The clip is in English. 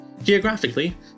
Geographically